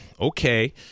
okay